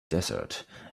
desert